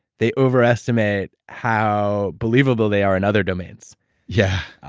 they overestimate how believable they are in other domains yeah,